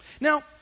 Now